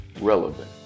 relevant